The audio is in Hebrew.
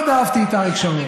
מאוד אהבתי את אריק שרון.